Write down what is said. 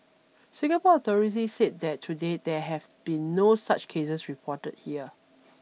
Singapore authorities said that to date there have been no such cases reported here